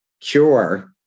cure